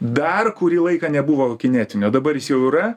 dar kurį laiką nebuvo kinetinio dabar jis jau yra